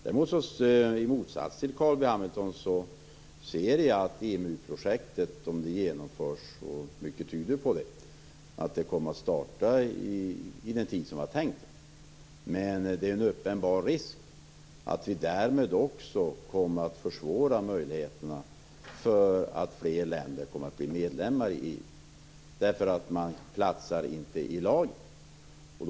Däremot ser jag i motsats till Carl B Hamilton att EMU-projektet om det genomförs - och mycket tyder på att det kommer att starta i den tid som var tänkt - leder till en uppenbar risk att vi försvårar möjligheterna för att fler länder blir medlemmar i EMU. Man platsar inte i laget.